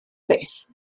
beth